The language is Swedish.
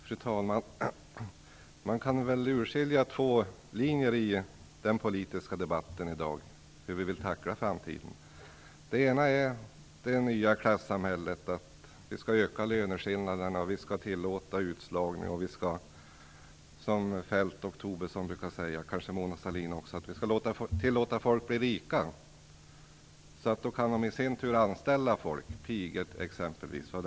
Fru talman! Man kan urskilja två linjer i dagens politiska debatt om hur vi vill tackla framtiden. Den ena innebär det nya klassamhället - att vi skall öka löneskillnader och tillåta utslagning. Feldt, Tobisson och kanske även Sahlin säger att vi skall tillåta folk att bli rika så att de i sin tur kan anställa folk, t.ex. pigor.